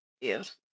Yes